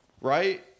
right